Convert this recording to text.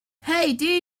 hey